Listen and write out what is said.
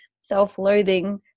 self-loathing